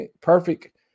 perfect